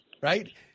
right